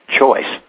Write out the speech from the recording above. choice